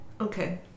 Okay